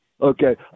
Okay